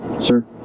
Sir